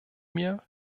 mir